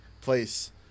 place